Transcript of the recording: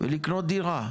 ולקנות דירה.